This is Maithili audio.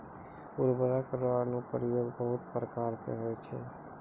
उर्वरक रो अनुप्रयोग बहुत प्रकार से होय छै